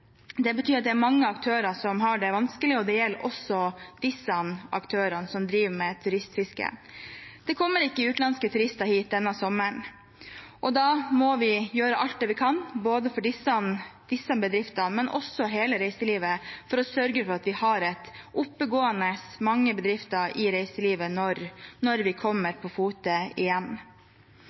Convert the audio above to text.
Det betyr at det er mange aktører som har det vanskelig, og det gjelder også aktørene som driver med turistfiske. Det kommer ikke utenlandske turister hit denne sommeren, og da må vi gjøre alt det vi kan for disse bedriftene, men også for hele reiselivet, for å sørge for at vi har mange oppegående bedrifter i reiselivet når vi kommer på fote igjen.